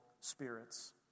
spirits